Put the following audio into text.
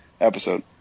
episode